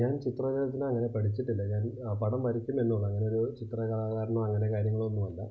ഞാൻ ചിത്ര രചന അങ്ങനെ പഠിച്ചിട്ടില്ല ഞാൻ പടം വരക്കുന്നുവെന്നേ ഉള്ളൂ അങ്ങനെയൊരു ചിത്രകലാകാരനോ അങ്ങനെ കാര്യങ്ങളൊന്നും അല്ല